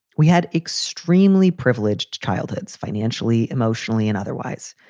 we had extremely privileged childhoods financially, emotionally and otherwise.